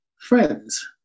friends